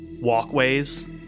walkways